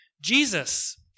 Jesus